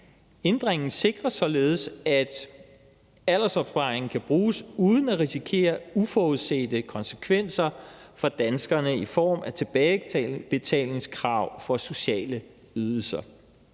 Ændringen sikrer således, at aldersopsparingen kan bruges, uden at det risikerer at få uforudsete konsekvenser for danskerne i form af tilbagebetalingskrav for sociale ydelser.